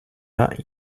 that